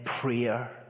prayer